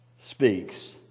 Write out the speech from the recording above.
speaks